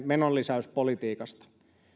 menonlisäyspolitiikastaan